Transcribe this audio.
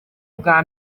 bwa